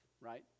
right